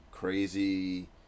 crazy